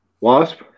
Wasp